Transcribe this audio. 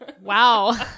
Wow